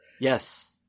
Yes